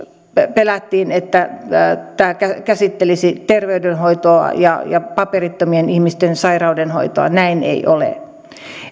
pelättiin että tämä käsittelisi terveydenhoitoa ja ja paperittomien ihmisten sairauden hoitoa näin ei ole